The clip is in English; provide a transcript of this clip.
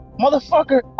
motherfucker